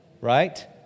right